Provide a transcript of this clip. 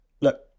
Look